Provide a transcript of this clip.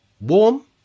warm